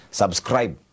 subscribe